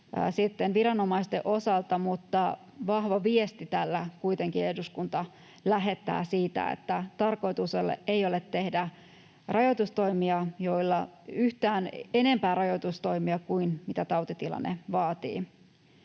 viranomaisten osalta, mutta vahvan viestin tällä kuitenkin eduskunta lähettää siitä, että tarkoitus ei ole tehdä yhtään enempää rajoitustoimia kuin mitä tautitilanne vaatii.